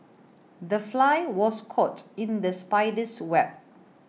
the fly was caught in the spider's web